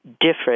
different